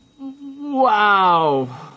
Wow